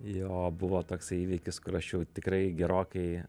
jo buvo toksai įvykis kur aš jau tikrai gerokai